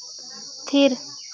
ᱛᱷᱤᱨ